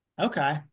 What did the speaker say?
Okay